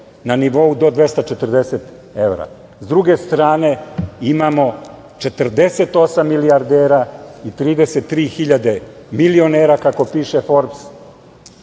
koja je do 240 evra. S druge strane, imamo 48 milijardera i 33 hiljade milionera, kako piše „Ford“,